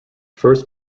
first